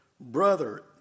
Brother